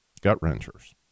gut-wrenchers